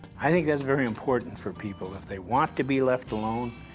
i think that's very important for people. if they want to be left alone,